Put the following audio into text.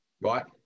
Right